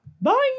Bye